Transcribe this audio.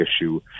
issue